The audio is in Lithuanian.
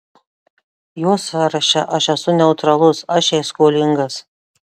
jos sąraše aš esu neutralus aš jai skolingas